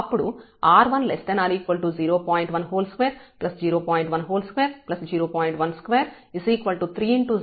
అప్పుడు R1≤0